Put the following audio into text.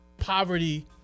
Poverty